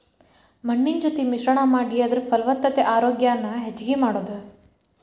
ಮಣ್ಣಿನ ಜೊತಿ ಮಿಶ್ರಣಾ ಮಾಡಿ ಅದರ ಫಲವತ್ತತೆ ಆರೋಗ್ಯಾನ ಹೆಚಗಿ ಮಾಡುದು